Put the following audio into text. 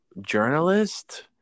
journalist